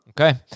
Okay